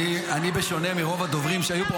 בשונה מרוב הדוברים שהיו פה,